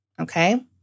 okay